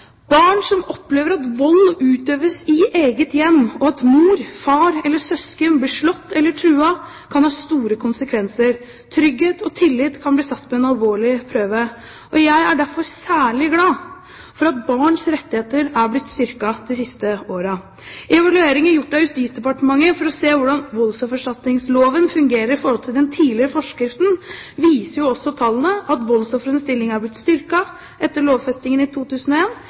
barn som opplever at vold utøves i eget hjem, og at mor, far eller søsken blir slått eller truet, kan det ha store konsekvenser, og trygghet og tillit kan bli satt på en alvorlig prøve. Jeg er derfor særlig glad for at barns rettigheter er blitt styrket de siste årene. I evalueringer gjort av Justisdepartementet for å se hvordan voldsoffererstatningsloven fungerer i forhold til den tidligere forskriften, viser tallene at voldsofrenes stilling er blitt styrket etter lovfestingen i